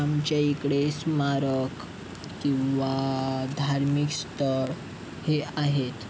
आमच्या इकडे स्मारक किंवा धार्मिक स्थळ हे आहेत